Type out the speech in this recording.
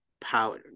power